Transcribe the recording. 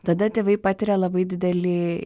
tada tėvai patiria labai didelį